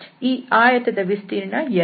ಈ ಆಯತದ ವಿಸ್ತೀರ್ಣ 2